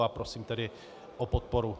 A prosím tedy o podporu.